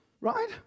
right